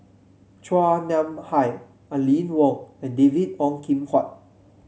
Chua Nam Hai Aline Wong and David Ong Kim Huat